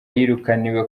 yirukaniwe